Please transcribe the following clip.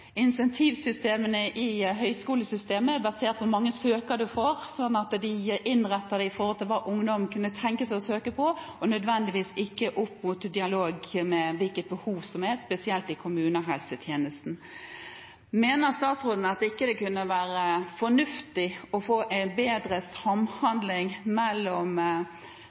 incentivsystemene i høyskolesystemet er basert på hvor mange søkere man får. De innretter det etter hva ungdom kunne tenke seg å søke på, og nødvendigvis ikke ut fra dialog om hvilke behov som er, spesielt i kommunehelsetjenesten. Mener statsråden at det ikke ville være fornuftig å få en bedre samhandling mellom